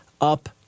up